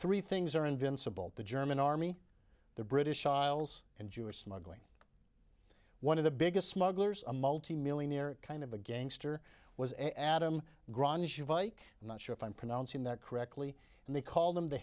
three things are invincible the german army the british isles and jewish smuggling one of the biggest smugglers a multimillionaire kind of a gangster was a adam grant as you bike not sure if i'm pronouncing that correctly and they called him the